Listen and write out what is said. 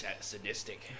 sadistic